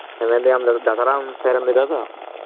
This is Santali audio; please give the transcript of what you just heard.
ᱦᱮᱸ ᱢᱮᱱ ᱫᱟᱹᱧ ᱫᱟᱛᱟᱨᱟᱢ ᱥᱮᱨ ᱮᱢ ᱞᱟᱹᱭ ᱮᱫᱟᱛᱚ